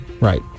right